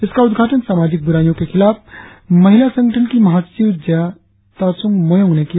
इसका उद्घाटन सामाजिक बुराईयों के खिलाफ महिला संगठन की महासचिव जया तासुंग मोयोंग ने किया